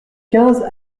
quinze